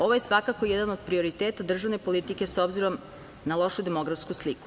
Ovo je svakako jedan od prioriteta državne politike, s obzirom na lošu demografsku sliku.